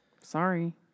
Sorry